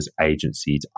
agencies